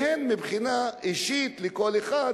והן מבחינה אישית לכל אחד,